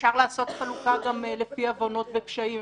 אפשר לעשות גם חלוקה לפי עוונות ופשעים,